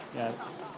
yes.